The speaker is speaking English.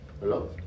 Hello